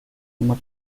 uma